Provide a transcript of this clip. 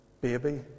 baby